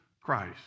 Christ